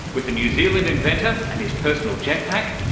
with a new zealand inventor and his personal jet-pack,